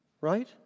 Right